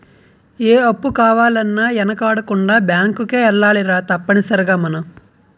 ఏ అప్పు కావాలన్నా యెనకాడకుండా బేంకుకే ఎల్లాలిరా తప్పనిసరిగ మనం